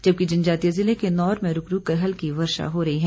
जबकि जनजातीय जिले किन्नौर में रूक रूक कर वर्षा हो रही है